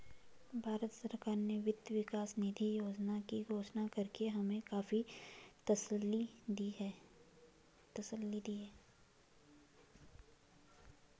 भारत सरकार ने वित्त विकास निधि योजना की घोषणा करके हमें काफी तसल्ली दी है